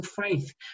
faith